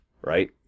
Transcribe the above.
right